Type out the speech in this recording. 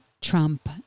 Trump